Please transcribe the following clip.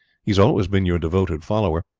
he has always been your devoted follower.